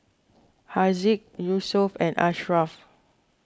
Haziq Yusuf and Ashraff